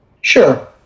Sure